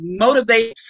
motivates